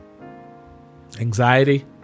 Anxiety